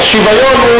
שוויון.